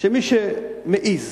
שמי שמעז